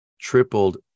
tripled